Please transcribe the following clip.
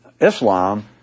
Islam